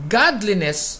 godliness